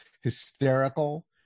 hysterical